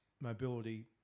mobility